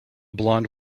blond